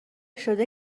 شده